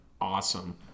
awesome